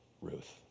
Ruth